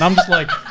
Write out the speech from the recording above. i'm just like,